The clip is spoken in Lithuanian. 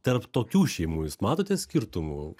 tarp tokių šeimų jūs matote skirtumų